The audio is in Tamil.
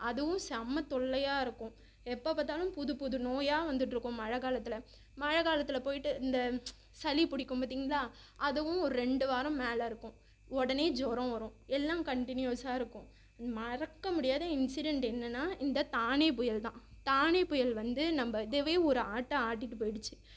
அதுவும் செம தொல்லையாக இருக்கும் எப்போ பார்த்தாலும் புது புது நோயாக வந்துட்டுருக்கும் மழை காலத்தில் மழை காலத்தில் போயிட்டு இந்த சளி பிடிக்கும் பார்த்தீங்களா அதுவும் ஒரு ரெண்டு வாரம் மேலே இருக்கும் உடனே ஜூரம் வரும் எல்லாம் கன்டினியூஸாக இருக்கும் மறக்க முடியாத இன்சிடென்ட் என்னென்னா இந்த தானே புயல் தான் தானே புயல் வந்து நம்ம இதுவே ஒரு ஆட்டு ஆட்டிகிட்டு போயிடுச்சு